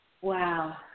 Wow